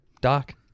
Doc